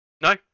No